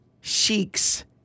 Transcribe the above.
sheiks